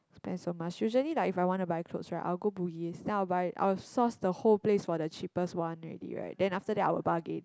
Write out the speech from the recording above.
spend so much usually like when I want to buy clothes right I will go Bugis then I will buy I will source the whole place for the cheapest one already right then after that I will bargain